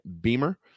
Beamer